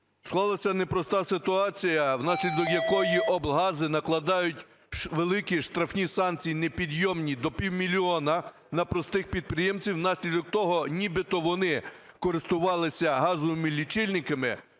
Склалася непроста ситуація, внаслідок якої облгази накладають великі штрафні санкції непідйомні, до півмільйона, на простих підприємців внаслідок того, нібито вони користувалися газовими лічильниками